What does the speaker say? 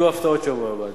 יהיו הפתעות בשבוע הבא.